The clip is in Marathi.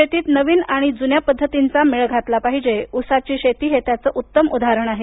शेतीत नवीन आणि जुन्या पद्धतींचा मेळ घातला पाहिजे उसाची शेती हे त्याचे उत्तम उदाहरण आहे